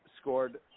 scored